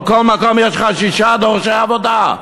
על כל מקום יש לך שישה דורשי עבודה.